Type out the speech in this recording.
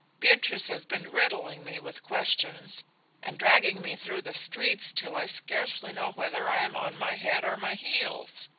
beatrice has been riddling me with questions and dragging me through the streets till i scarcely know whether i am on my head or my heels.